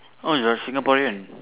oh you're Singaporean